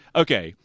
okay